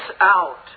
out